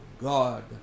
God